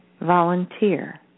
volunteer